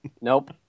Nope